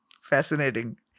Fascinating